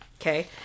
Okay